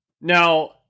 Now